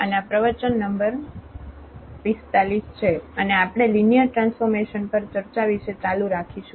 અને આ પ્રવચન નંબર 45 છે અને આપણે લિનિયર ટ્રાન્સફોર્મેશન પર ચર્ચા વિશે ચાલુ રાખીશું